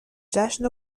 جشن